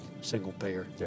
single-payer